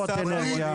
על אנרגיה.